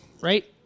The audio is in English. right